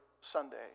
Sunday